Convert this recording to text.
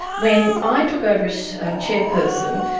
when i took over as chairperson,